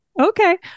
Okay